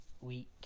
week